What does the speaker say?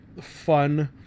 fun